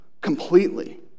completely